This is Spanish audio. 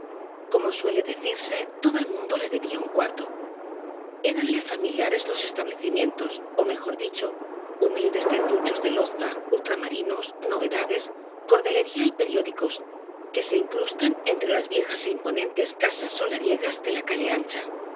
como suele decirse todo el mundo le debía un cuarto eranle familiares los establecimientos ó mejor dicho humildes tenduchos de loza ultramarinos novedades cordelería y periódicos que se incrustan entre las viejas é imponentes casas solariegas de la calle ancha